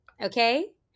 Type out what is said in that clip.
Okay